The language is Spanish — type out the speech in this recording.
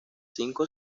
cinco